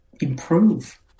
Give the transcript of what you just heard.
improve